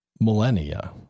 millennia